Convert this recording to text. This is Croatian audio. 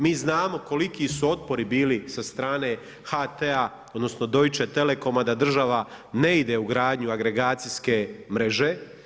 Mi znamo koliki su otpori bili sa strane HT-a, odnosno Deutsche Telekoma da država ne ide u gradnju agregacijske mreže.